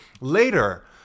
later